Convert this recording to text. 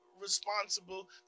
responsible